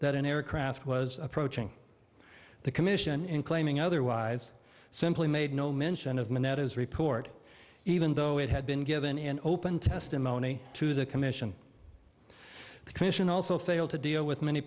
that an aircraft was approaching the commission in claiming otherwise simply made no mention of minette is report even though it had been given in open testimony to the commission the commission also failed to deal with many